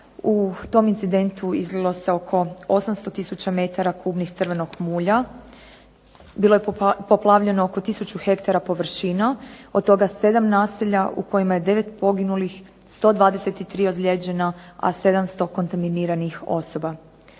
U tom incidentu izlilo se oko 800000 metara kubnih crvenog mulja. Bilo je poplavljeno oko 1000 ha površina od toga 7 naselja u kojima je 9 poginulih, 123 ozlijeđena, a 700 kontaminiranih osoba.